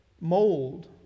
mold